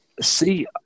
See